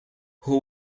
who